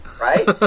Right